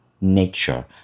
nature